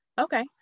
Okay